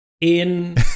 in-